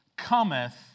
Cometh